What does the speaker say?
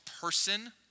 person